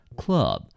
club